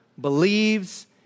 believes